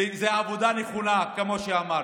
וזה עם עבודה נכונה, כמו שאמרתי.